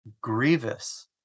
grievous